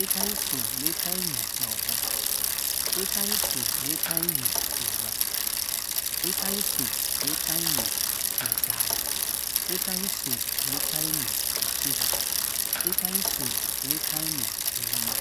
Itanyi iswon nu itanyini novu itany uswon nu itany ini iva itany uswon nu itany ini isay itany uswon nu itany ini ishieva itany uswon nu itany ini inuman